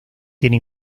tiene